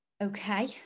Okay